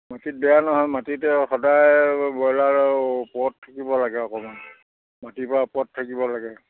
মাটিত বেয়া নহয় মাটিতে সদায় ব্ৰইলাৰ ওপৰত থাকিব লাগে অকণমান মাটিৰ পৰা ওপৰত থাকিব লাগে